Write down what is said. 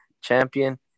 champion